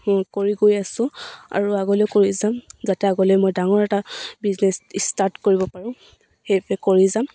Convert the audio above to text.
কৰি গৈ আছোঁ আৰু আগলৈ কৰি যাম যাতে আগলৈ মই ডাঙৰ এটা বিজনেছ ষ্টাৰ্ট কৰিব পাৰোঁ সেইবাবে কৰি যাম